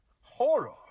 horror